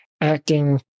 acting